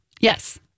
Yes